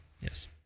yes